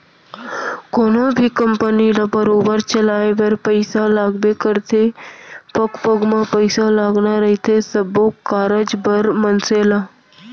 कोनो भी कंपनी ल बरोबर चलाय बर पइसा लगबे करथे पग पग म पइसा लगना रहिथे सब्बो कारज बर मनसे ल